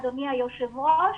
אדוני היושב-ראש,